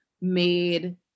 made